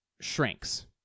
shrinks